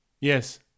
Yes